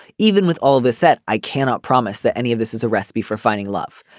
even with all this set i cannot promise that any of this is a recipe for finding love.